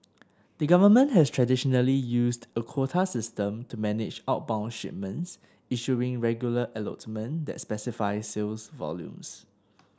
the government has traditionally used a quota system to manage outbound shipments issuing regular allotment that specify sales volumes